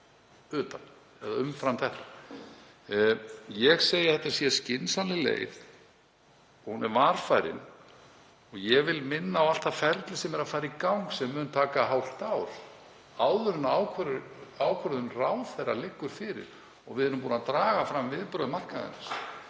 fara í umfram þetta. Ég segi að þetta sé skynsamleg leið. Hún er varfærin. Ég vil minna á allt það ferli sem er að fara í gang sem mun taka hálft ár áður en ákvörðun ráðherra liggur fyrir. Við erum búin að draga fram viðbrögð markaðarins.